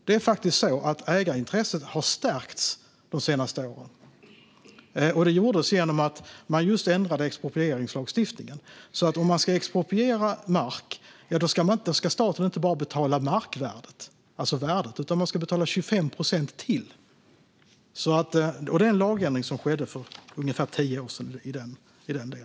Det är faktiskt så att ägarintresset har stärkts de senaste åren genom att man ändrade exproprieringslagstiftningen. Om man ska expropriera mark ska staten inte bara betala markvärdet utan ytterligare 25 procent. Lagändringen i den delen skedde för ungefär tio år sedan.